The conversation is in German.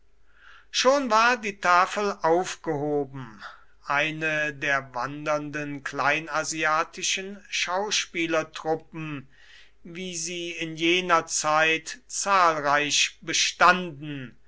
schon war die tafel aufgehoben eine der wandernden kleinasiatischen schauspielertruppen wie sie in jener zeit zahlreich bestanden